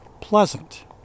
pleasant